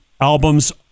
Albums